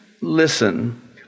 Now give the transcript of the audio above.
listen